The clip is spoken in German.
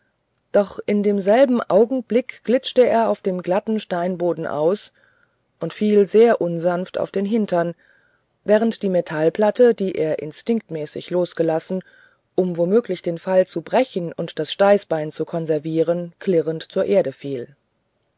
doch in dem selben augenblick glitschte er auf dem glatten steinboden aus und fiel sehr unsanft auf den hintern während die metallplatte die er instinktmäßig losgelassen um womöglich den fall zu brechen und das steißbein zu konservieren klirrend zur erde fiel